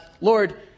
Lord